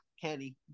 Kenny